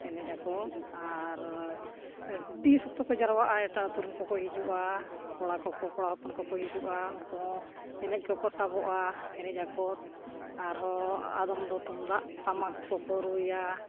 ᱮᱱᱮᱡ ᱟᱠᱚ ᱟᱨ ᱟᱹᱰᱤ ᱥᱚᱠᱛᱚ ᱠᱚ ᱡᱟᱣᱨᱟᱜᱼᱟ ᱮᱴᱟᱜ ᱟᱛᱳᱨᱮᱱ ᱠᱚᱠᱚ ᱦᱤᱡᱩᱜᱼᱟ ᱠᱚᱲᱟ ᱠᱚᱠᱚ ᱠᱚᱲᱟ ᱦᱚᱯᱚᱱ ᱠᱚᱠᱚ ᱦᱤᱡᱩᱜᱼᱟ ᱩᱱᱠᱩ ᱦᱚᱸ ᱮᱱᱮᱡ ᱠᱚᱠᱚ ᱥᱟᱵᱚᱜᱼᱟ ᱮᱱᱮᱡ ᱟᱠᱚ ᱟᱨᱦᱚᱸ ᱟᱫᱚᱢ ᱫᱚ ᱛᱩᱢᱫᱟᱜ ᱴᱟᱢᱟᱠ ᱠᱚᱠᱚ ᱨᱩᱭᱟ